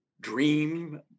dream